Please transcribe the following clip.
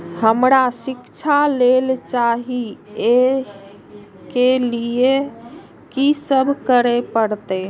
हमरा शिक्षा लोन चाही ऐ के लिए की सब करे परतै?